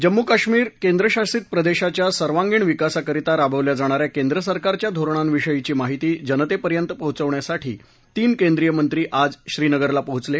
जम्मू कश्मीर केंद्रशासित प्रदेशाच्या सर्वांगीण विकासाकरिता राबवल्या जाणा या केंद्र सरकारच्या धोरणांविषयीची माहिती जनतेपर्यंत पोहचवण्यासाठी तीन केंद्रीय मंत्री आज श्रीनगरला पोहचले